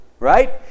Right